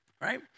right